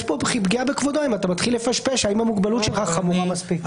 יש פה פגיעה בכבודו אם אתה מתחיל לפשפש האם המוגבלות שלך חמורה מספיק.